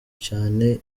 cyane